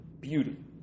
beauty